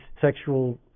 sexual